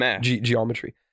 geometry